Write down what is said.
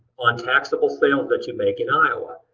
on taxable sales that you make in iowa.